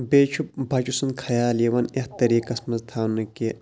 بیٚیہِ چھُ بَچہٕ سُنٛد خیال یِوان یَتھ طریٖٮقَس منٛز تھاونہٕ کہِ